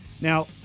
Now